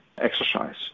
exercise